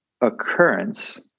occurrence